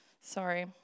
Sorry